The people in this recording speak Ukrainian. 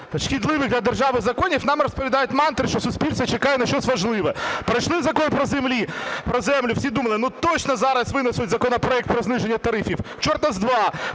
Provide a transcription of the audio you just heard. шкідливих для держави законів, нам розповідають мантри, що суспільство чекає на щось важливе. Пройшли Закон про землю, всі думали, ну, точно зараз винесуть законопроект про зниження тарифів. Чорта з два!